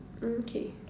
mm K